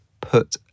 put